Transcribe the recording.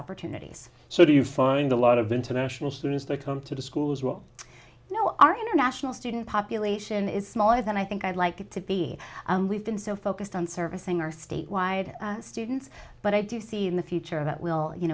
opportunities so do you find a lot of international students they talk to the schools will know our international student population is smaller than i think i'd like it to be and we've been so focused on servicing our statewide students but i do see in the future about we'll you